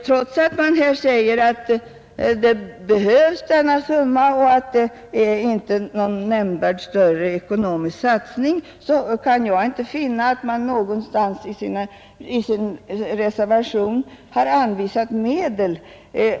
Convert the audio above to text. Trots att det här sägs att denna summa behövs och att det inte är någon större ekonomisk satsning, kan jag inte finna att man någonstans i reservationen har anvisat medel.